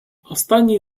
останній